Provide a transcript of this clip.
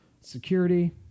security